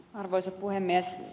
arvoisa puhemies